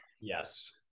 Yes